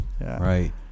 right